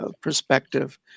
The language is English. perspective